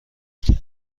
کرد